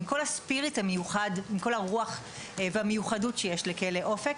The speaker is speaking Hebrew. עם כל הרוח והמיוחדות שיש לכלא אופק.